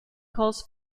calls